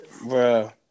bro